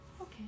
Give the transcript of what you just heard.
Okay